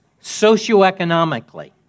socioeconomically